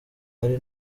ari